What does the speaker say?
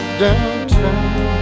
downtown